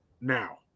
now